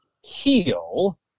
heal